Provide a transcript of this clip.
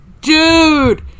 dude